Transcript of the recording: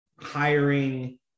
hiring